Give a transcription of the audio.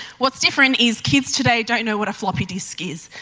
what's different is kids today don't know what a floppy disk is,